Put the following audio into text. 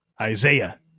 Isaiah